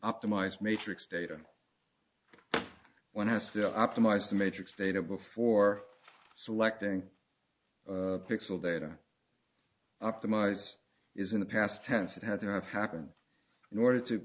optimized matrix data one has to optimize the matrix data before selecting pixel data optimize is in the past tense it had to have happened in order to